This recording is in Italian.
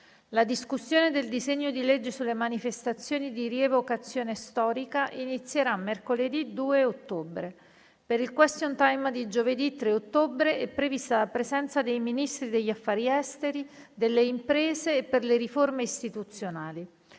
La discussione del disegno di legge sulle manifestazioni di rievocazione storica inizierà mercoledì 2 ottobre. Per il *question time* di giovedì 3 ottobre è prevista la presenza dei Ministri degli affari esteri, delle imprese e per le riforme istituzionali.